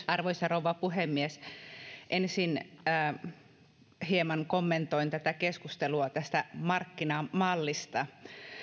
arvoisa rouva puhemies ensin hieman kommentoin keskustelua tästä markkinamallista